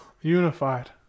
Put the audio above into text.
unified